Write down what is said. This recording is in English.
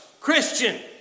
Christian